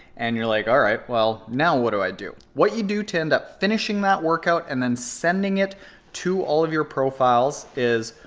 and you're like. alright, well, now what do i do what you do to end up finishing that workout and then sending it to all of your profiles is,